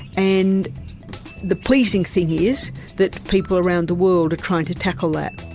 and the pleasing thing is that people around the world are trying to tackle that.